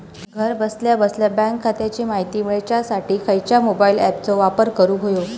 घरा बसल्या बसल्या बँक खात्याची माहिती मिळाच्यासाठी खायच्या मोबाईल ॲपाचो वापर करूक होयो?